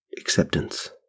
acceptance